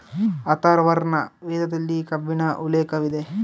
ಅಥರ್ವರ್ಣ ವೇದದಲ್ಲಿ ಕಬ್ಬಿಣ ಉಲ್ಲೇಖವಿದೆ